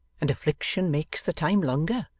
and affliction makes the time longer,